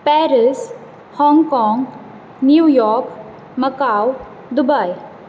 Paris हाँगकाँग New York Macau Dubai